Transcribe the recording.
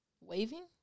Waving